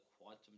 Quantum